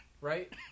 right